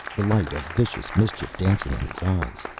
the light of vicious mischief dancing in his eyes.